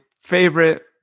favorite